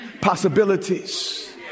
possibilities